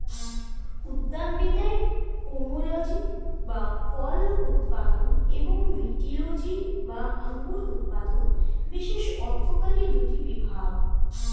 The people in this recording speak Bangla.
উদ্যানবিদ্যায় পোমোলজি বা ফল উৎপাদন এবং ভিটিলজি বা আঙুর উৎপাদন বিশেষ অর্থকরী দুটি বিভাগ